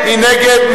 מי נגד?